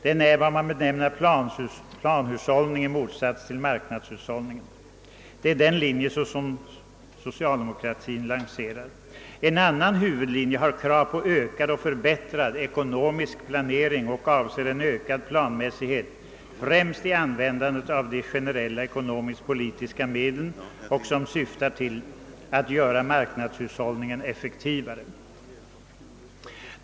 Den innebär vad man benämner planhushållning i motsats till marknadshushållning. Det är den linje som socialdemokraterna lanserar. En annan huvudlinje innefattar krav på ökad och förbättrad ekonomisk planering och avser en ökad planmässighet, främst i användandet av de generella ekonomiskpolitiska medlen, för att göra marknadshushållningen effektivare.